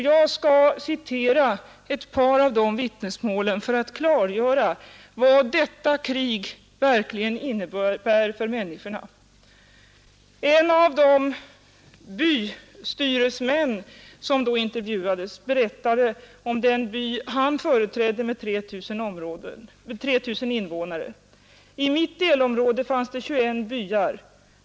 Jag skall citera ett par av de vittnesmålen för att klargöra vad detta krig verkligen innebär för människorna. En av de bystyresmän som då intervjuades berättade om sin del av landet och om den by som han företrädde och som hade 3 000 invånare: ”I mitt delområde fanns det tjugoen byar.